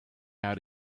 how